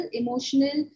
emotional